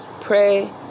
pray